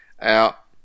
out